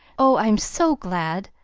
oh, i'm so glad!